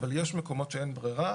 אבל יש מקומות שאין ברירה.